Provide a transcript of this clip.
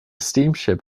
steamship